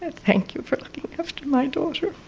and thank you for looking after my daughter.